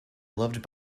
loved